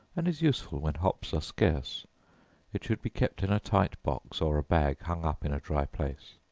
and is useful when hops are scarce it should be kept in a tight box, or a bag hung up in a dry place.